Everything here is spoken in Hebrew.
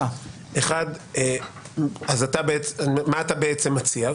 אחת, מה אתה בעצם מציע?